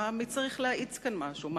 מי צריך להאיץ כאן משהו?